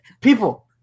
People